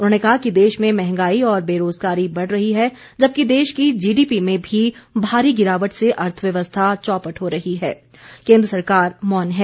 उन्होंने कहा कि देश में महंगाई और बेरोजगारी बढ़ रही है जबकि देश की जीडीपी में भी भारी गिरावट से अर्थव्यवस्था चौपट हो रही है और केन्द्र सरकार मौन है